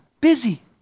busy